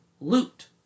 loot